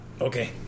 Okay